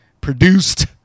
produced